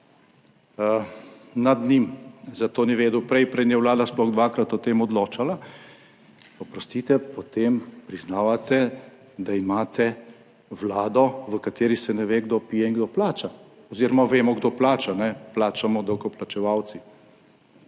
nad njim za to ni vedel prej, preden je Vlada sploh dvakrat o tem odločala, oprostite, potem priznavate, da imate Vlado, v kateri se ne ve, kdo pije in kdo plača. Oziroma vemo, kdo plača, ne - plačamo davkoplačevalci.